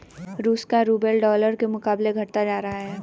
रूस का rouble dollar के मुकाबले घटता जा रहा है